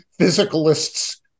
physicalists